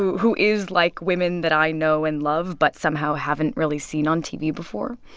who is like women that i know and love but somehow haven't really seen on tv before.